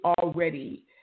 already